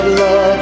love